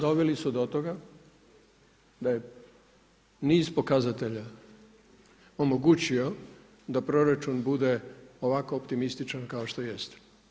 Doveli su do toga, da je niz pokazatelja, omogućio da proračun bude ovako optimističan kao što jest.